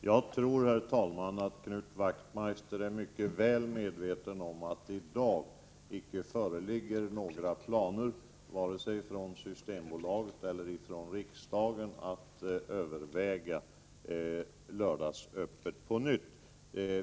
Herr talman! Jag tror att Knut Wachtmeister är väl medveten om att det i daginte föreligger några planer hos vare sig Systembolaget eller riksdagen på att överväga lördagsöppet på nytt.